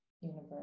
Universe